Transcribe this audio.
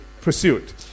pursuit